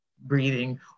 breathing